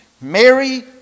Mary